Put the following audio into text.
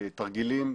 תרגילים,